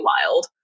wild